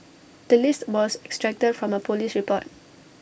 the list was extracted from A Police report